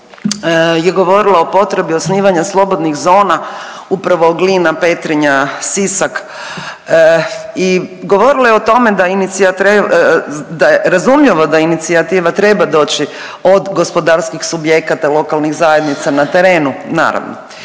je govorila o potrebi osnivanja slobodnih zona upravo Glina, Petrinja, Sisak i govorila je o tome da je razumljivo da inicijativa treba doći od gospodarskih subjekata, lokalnih zajednica na terenu naravno.